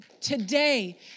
today